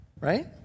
right